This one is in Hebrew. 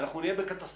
אנחנו נהיה בקטסטרופה,